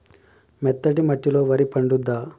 మెత్తటి మట్టిలో వరి పంట పండుద్దా?